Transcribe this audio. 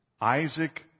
Isaac